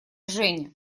женя